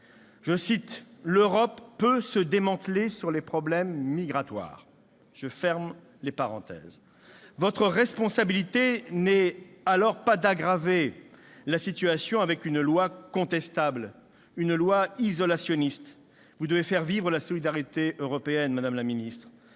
dernier :« L'Europe peut se démanteler sur les problèmes migratoires. » Votre responsabilité n'est alors pas d'aggraver la situation avec une loi contestable et isolationniste, mais de faire vivre la solidarité européenne, madame la ministre.